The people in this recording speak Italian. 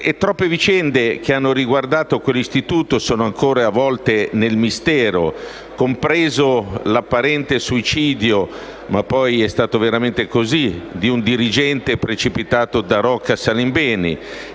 Troppe vicende che hanno riguardato quell'istituto sono ancora avvolte nel mistero, compreso l'apparente suicidio (ma poi è stato veramente così?) di un dirigente precipitato da Rocca Salimbeni.